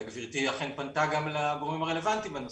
וגבירתי אכן פנתה גם לגורמים הרלוונטיים בנושא.